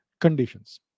conditions